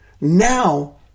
Now